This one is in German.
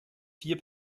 vier